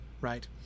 right